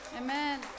Amen